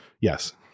Yes